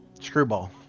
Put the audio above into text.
Screwball